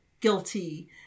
guilty